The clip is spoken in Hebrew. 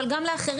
אבל גם לאחרים.